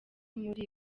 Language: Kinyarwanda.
muri